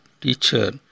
teacher